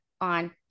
on